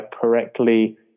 correctly